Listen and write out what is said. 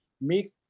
make